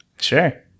Sure